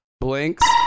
Blinks